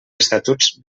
estatuts